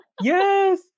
Yes